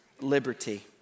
liberty